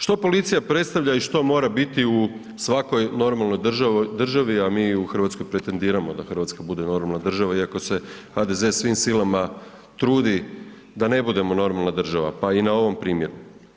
Što policija predstavlja i što mora biti u svakoj normalnoj državi, a mi u RH pretendiramo da RH bude normalna država iako se HDZ svim silama trudi da ne budemo normalna država, pa i na ovom primjeru.